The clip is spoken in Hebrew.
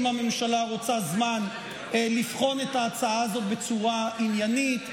אם הממשלה רוצה זמן לבחון את ההצעה הזו בצורה עניינית.